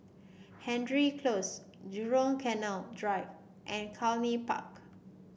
Hendry Close Jurong Canal Drive and Cluny Park